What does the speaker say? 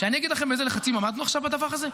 שאני אגיד לכם איזה לחצים עמדנו עכשיו בדבר הזה?